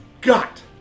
got